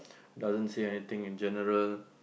doesn't say anything in general